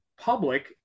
public